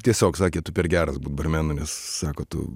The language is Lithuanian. tiesiog sakė tu per geras būt barmenu nes sako tu